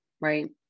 right